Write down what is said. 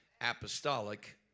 apostolic